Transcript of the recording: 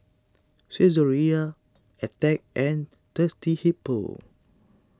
Saizeriya Attack and Thirsty Hippo